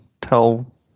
tell